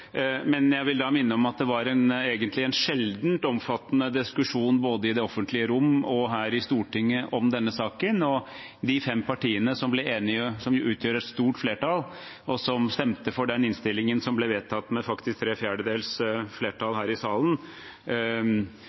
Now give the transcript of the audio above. Jeg vil da minne om at det egentlig var en sjeldent omfattende diskusjon både i det offentlige rom og her i Stortinget om denne saken, og de fem partiene som ble enige, som jo utgjør et stort flertall, og som stemte for den innstillingen som ble vedtatt med ¾ flertall her i salen,